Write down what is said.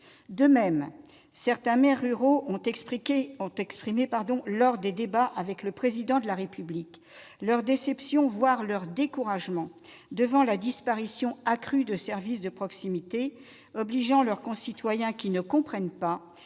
De même, certains maires ruraux ont exprimé lors des débats avec le Président de la République leur déception, voire leur découragement, devant la disparition accrue de services de proximité. Cela oblige leurs concitoyens, qui ne le comprennent pas,